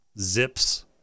Zips